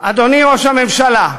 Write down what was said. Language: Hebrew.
אדוני ראש הממשלה,